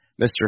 Mr